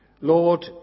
Lord